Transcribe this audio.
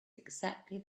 exactly